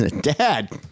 Dad